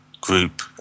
group